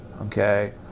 okay